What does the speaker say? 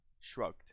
shrugged